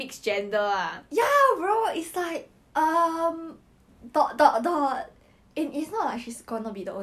ask him come up lah then he come up it was ending already